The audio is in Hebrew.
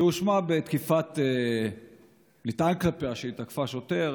היא הואשמה בתקיפה, נטען כלפיה שהיא תקפה שוטר.